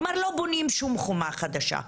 כלומר לא בונים שום חומה חדשה.